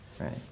right